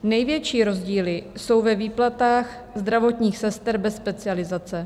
Největší rozdíly jsou ve výplatách zdravotních sester bez specializace.